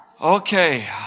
okay